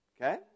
Okay